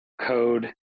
code